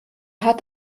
hat